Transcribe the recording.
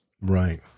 right